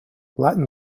latin